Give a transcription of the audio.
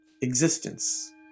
existence